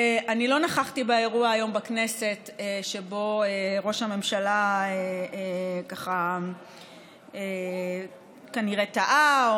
אני לא נכחתי באירוע היום בכנסת שבו ראש הממשלה כנראה טעה.